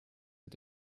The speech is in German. mit